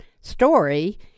story